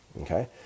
okay